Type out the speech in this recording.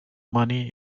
money